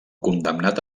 condemnat